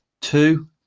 Two